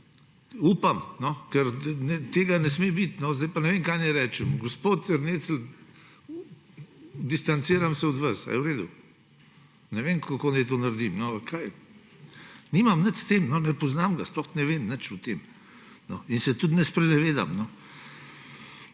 Upam, ker tega ne sme biti. Zdaj pa ne vem, kaj naj rečem: gospod Ernecl, distanciram se od vas. A je v redu? Ne vem, kako naj to naredim. Nimam nič s tem, ne poznam ga, sploh ne vem nič o tem in se tudi ne sprenevedam.